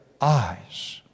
eyes